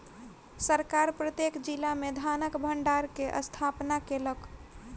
सरकार प्रत्येक जिला में धानक भण्डार के स्थापना केलक